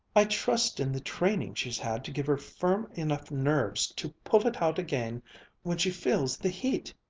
i trust in the training she's had to give her firm enough nerves to pull it out again when she feels the heat,